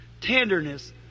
tenderness